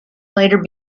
later